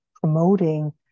promoting